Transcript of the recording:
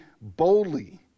boldly